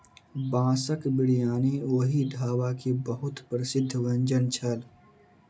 बांसक बिरयानी ओहि ढाबा के बहुत प्रसिद्ध व्यंजन छल